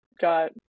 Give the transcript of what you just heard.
got